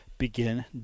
begin